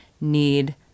need